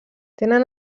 tenen